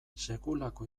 sekulako